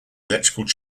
electrically